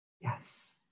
Yes